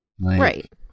Right